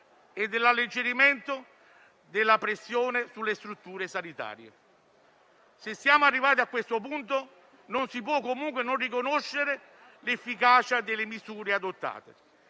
e dell'alleggerimento della pressione sulle strutture sanitarie. Se siamo arrivati a questo punto, non si può comunque non riconoscere l'efficacia delle misure adottate.